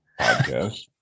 podcast